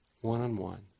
one-on-one